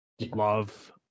Love